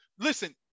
Listen